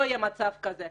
לא יהיה מצב כזה.